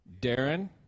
Darren